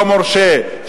לא מורשה,